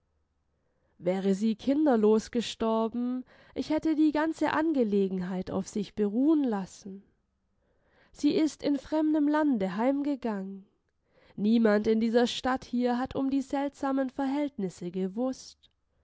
wäre sie kinderlos gestorben ich hätte die ganze angelegenheit auf sich beruhen lassen sie ist in fremdem lande heimgegangen niemand in dieser stadt hier hat um die seltsamen verhältnisse gewußt